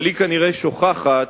אבל היא כנראה שוכחת